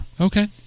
Okay